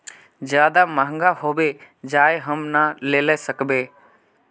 ज्यादा महंगा होबे जाए हम ना लेला सकेबे?